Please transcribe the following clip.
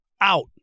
out